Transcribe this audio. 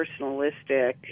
personalistic